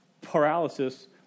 paralysis